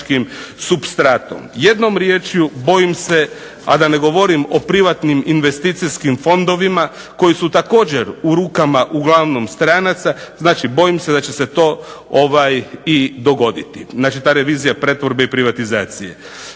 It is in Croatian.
Jednom riječju bojim se, a da ne govorim o privatnim investicijskim fondovima koji su također u rukama uglavnom stranaca. Znači, bojim se da će se to i dogoditi. Znači ta revizija pretvorbe i privatizacije.